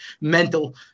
mental